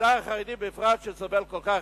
ובמגזר החרדי בפרט, שסובל כל כך.